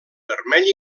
vermell